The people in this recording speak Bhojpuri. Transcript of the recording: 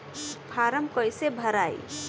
फारम कईसे भराई?